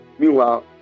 meanwhile